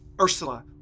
Ursula